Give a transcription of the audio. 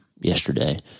yesterday